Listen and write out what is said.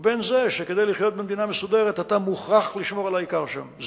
ובין זה שכדי לחיות במדינה מסודרת אתה מוכרח לשמור על העיקר שם.